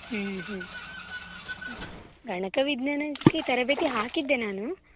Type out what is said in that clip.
ಗಣಕ ವಿಜ್ಞಾನಕ್ಕೆ ತರಬೇತಿ ಹಾಕಿದ್ದೆ ನಾನು